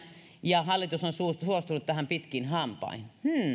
ja hallitus on suostunut tähän pitkin hampain hmm